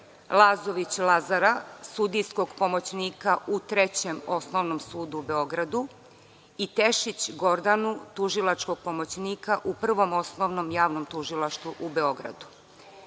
Lazović Lazara, sudijskog pomoćnika u Trećem osnovnom sudu u Beogradu i Tešić Gordanu, tužilačkog pomoćnika u Prvom osnovnom javnom tužilaštvu u Beogradu.Za